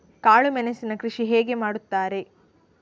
ಕಾಳು ಮೆಣಸಿನ ಕೃಷಿ ಹೇಗೆ ಮಾಡುತ್ತಾರೆ?